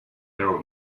error